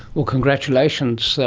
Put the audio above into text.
well, congratulations. so